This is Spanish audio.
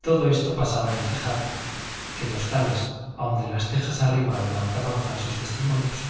todo esto pasaba en el tejado que los tales aun de las tejas arriba levantan falsos testimonios